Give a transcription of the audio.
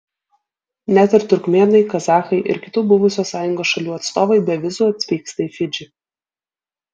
net ir turkmėnai kazachai ir kitų buvusios sąjungos šalių atstovai be vizų atvyksta į fidžį